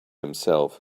himself